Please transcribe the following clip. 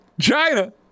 china